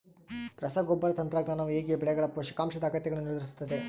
ರಸಗೊಬ್ಬರ ತಂತ್ರಜ್ಞಾನವು ಹೇಗೆ ಬೆಳೆಗಳ ಪೋಷಕಾಂಶದ ಅಗತ್ಯಗಳನ್ನು ನಿರ್ಧರಿಸುತ್ತದೆ?